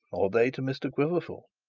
or they to mr quiverful?